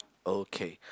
okay